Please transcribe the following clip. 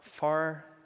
Far